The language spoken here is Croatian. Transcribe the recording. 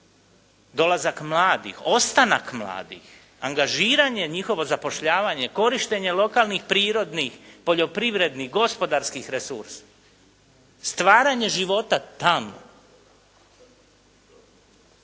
dolazak mladih, ostanak mladih. Angažiranje, njihovo zapošljavanje, korištenje lokalnih prirodnih, poljoprivrednih, gospodarskih resursa. Stvaranje života tamo.